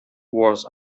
was